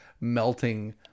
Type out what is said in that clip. melting